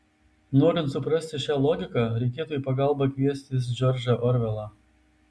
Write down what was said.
norint suprasti šią logiką reikėtų į pagalbą kviestis džordžą orvelą